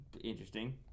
Interesting